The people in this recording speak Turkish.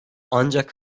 ancak